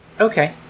Okay